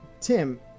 Tim